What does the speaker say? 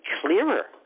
clearer